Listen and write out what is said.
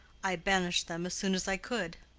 i banished them as soon as i could.